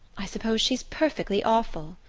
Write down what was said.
i suppose she's perfectly awful,